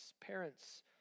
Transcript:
parents